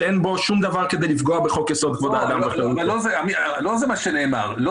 שאין בו שום דבר כדי לפגוע בחוק יסוד: כבוד האדם וחירותו.